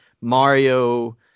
Mario